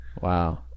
Wow